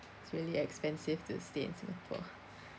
it's really expensive to stay in Singapore